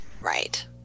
Right